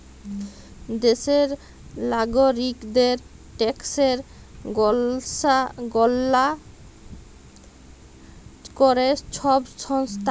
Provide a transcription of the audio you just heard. দ্যাশের লাগরিকদের ট্যাকসের গললা ক্যরে ছব সংস্থা